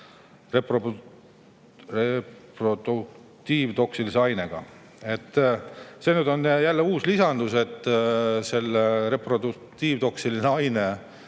reproduktiivtoksilise ainega. See on jälle uus lisandus. Selle reproduktiivtoksilise aine